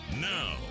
Now